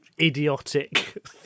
idiotic